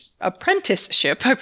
apprenticeship